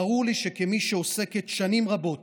ברור לי שכמי שעוסקת שנים רבות